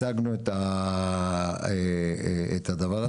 הצגנו את הדבר הזה.